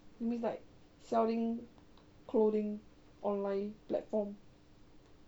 that means like selling clothing online platform